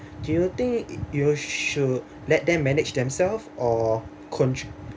do you think you should let them manage themselves or control